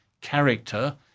character